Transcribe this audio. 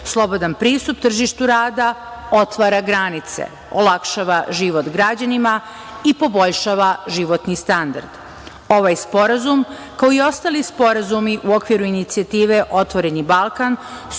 Slobodan pristup tržištu rada otvara granice, olakšava život građanima i poboljšava životni standard. Ovaj sporazum, kao i ostali sporazumi u okviru inicijative „Otvoreni Balkan“